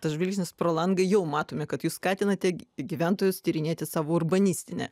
tas žvilgsnis pro langą jau matome kad jūs skatinate gyventojus tyrinėti savo urbanistinę